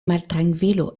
maltrankvilo